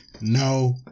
No